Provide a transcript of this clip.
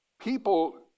people